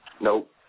nope